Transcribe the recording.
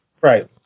Right